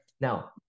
Now